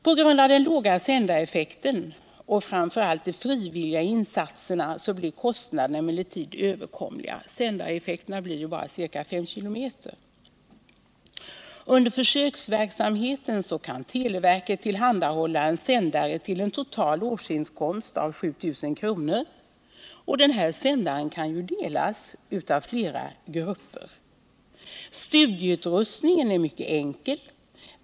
På grund av den låga sändareffekten och framför allt de frivilliga insatserna blir kostnaderna emellertid överkomliga — sändarnas räckvidd blir bara ca 5 km. Under försöksverksamheten kan televerket tillhandahålla en sändare till en total årskostnad av 7000 kr., och den sändaren kan ju delas av flera grupper. Studioutrustningen är mycket enkel.